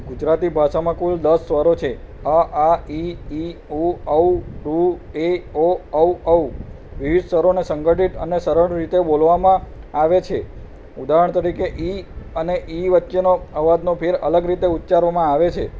ગુજરાતી ભાષામાં કુલ દસ સ્વરો છે અ આ ઈ ઇ ઉ ઔ ઋ એ ઓ ઔ વિવિધ સ્વરોને સંગઠિત અને સરળ રીતે બોલવામાં આવે છે ઉદાહરણ તરીકે ઈ અને ઇ વચ્ચેનો અવાજનો ફેર અલગ રીતે ઉચ્ચારવામાં આવે છે